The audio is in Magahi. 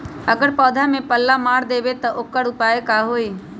अगर पौधा में पल्ला मार देबे त औकर उपाय का होई?